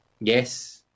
Yes